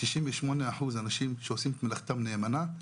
98% אנשים שעושים את מלאכתם נאמנה,